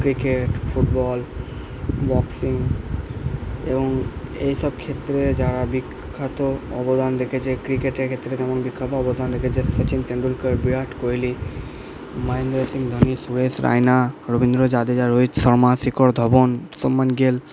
cricket football boxing এবং এই সব ক্ষেত্রে যারা বিখ্যাত অবদান রেখেছে ক্রিকেটের ক্ষেত্রে যেমন বিখ্যাত অবদান রেখেছে সচিন তেন্ডুলকার ভিরাট কোয়েলি মাহেন্দ্র সিং ধোনি সুরেশ রায়না রবীন্দ্র জাদেজা রোহিত শর্মা শেখর ধওয়ন শুভমান গিল